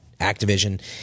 Activision